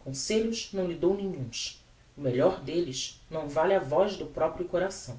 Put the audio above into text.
conselhos não lhe dou nenhuns o melhor delles não vale a voz do proprio coração